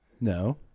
No